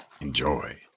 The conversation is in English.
Enjoy